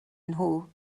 nhw